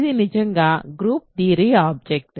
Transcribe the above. ఇది నిజంగా group theory object